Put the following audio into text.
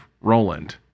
roland